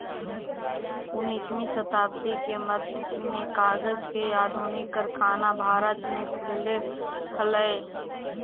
उन्नीसवीं शताब्दी के मध्य में कागज के आधुनिक कारखाना भारत में खुलले हलई